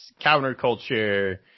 counterculture